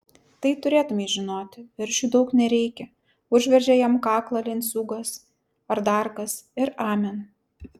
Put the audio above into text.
tai turėtumei žinoti veršiui daug nereikia užveržė jam kaklą lenciūgas ar dar kas ir amen